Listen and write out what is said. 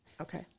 Okay